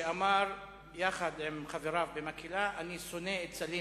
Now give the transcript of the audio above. שאמר יחד עם חבריו, במקהלה: "אני שונא את סלים